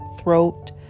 throat